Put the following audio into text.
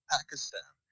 Pakistan